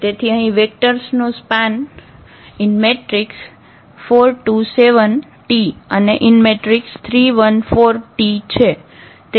તેથી અહીં વેક્ટર્સ નો સ્પાન 4 2 7𝑇 અને 3 1 4𝑇 છે